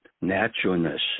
Naturalness